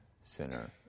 sinner